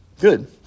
good